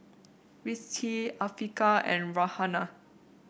Rizqi Afiqah and Raihana